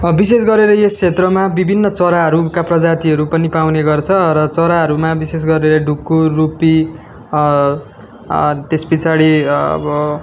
विशेष गरेर यस क्षेत्रमा विभिन्न चराहरूका प्रजातिहरू पनि पाउँने गर्छ र चराहरूमा विशेष गरेर ढुकुर रुपी त्यस पछाडि अब